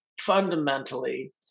fundamentally